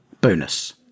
bonus